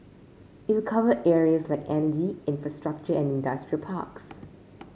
it will cover areas like energy infrastructure and industrial parks